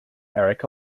erik